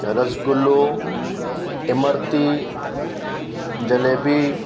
रसगुलो इमरती जलेबी